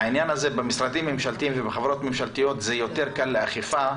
העניין הזה משרדים ממשלתיים ובחברות ממשלתיות זה יותר קל לאכיפה,